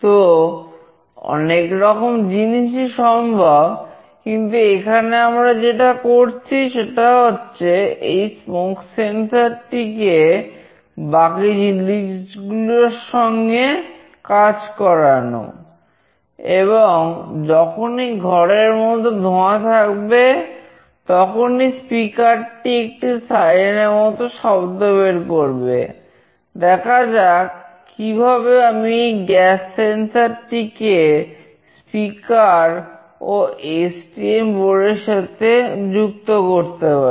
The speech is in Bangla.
তো অনেক রকম জিনিসই সম্ভব কিন্তু এখানে আমরা যেটা করছি সেটা হচ্ছে এই স্মোক সেন্সর এর সাথে যুক্ত করতে পারি